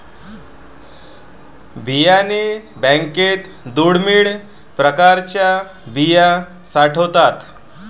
बियाणे बँकेत दुर्मिळ प्रकारच्या बिया साठवतात